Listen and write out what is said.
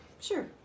Sure